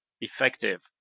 effective